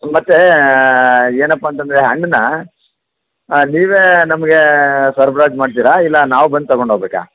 ಮತ್ತು ಏನಪ್ಪ ಅಂತಂದರೆ ಹಣ್ಣನ್ನ ನೀವೇ ನಮಗೆ ಸರ್ಬ್ರಾಜು ಮಾಡ್ತೀರಾ ಇಲ್ಲ ನಾವು ಬಂದು ತೊಗೊಂಡೋಗ್ಬೇಕಾ